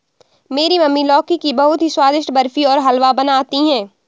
मेरी मम्मी लौकी की बहुत ही स्वादिष्ट बर्फी और हलवा बनाती है